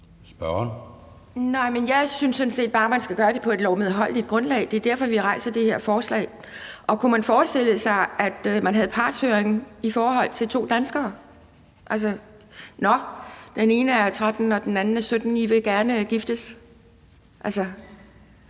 Kjærsgaard (DF): Jeg synes sådan set bare, man skal gøre det på et lovmedholdeligt grundlag. Det er derfor, vi har fremsat det her forslag. Kunne man forestille sig, at man havde partshøring i forhold til to danskere? Nå, den ene er 13 år, og den anden er 17 år, og I vil gerne giftes? Det